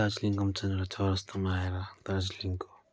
दार्जिलिङ घुम्छन् र चौरस्तामा आएर दार्जिलिङको